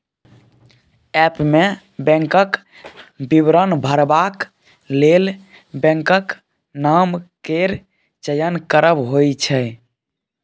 app मे बैंकक विवरण भरबाक लेल बैंकक नाम केर चयन करब होइ छै